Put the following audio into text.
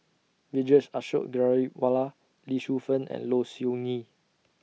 Vijesh Ashok Ghariwala Lee Shu Fen and Low Siew Nghee